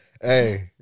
Hey